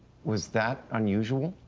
was that unusual?